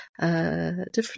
different